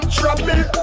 trouble